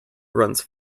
runs